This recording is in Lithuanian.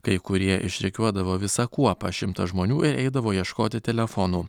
kai kurie išrikiuodavo visą kuopą šimtą žmonių ir eidavo ieškoti telefonų